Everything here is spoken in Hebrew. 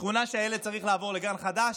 שכונה שבה הילד צריך לעבור לגן חדש,